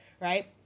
right